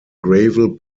gravel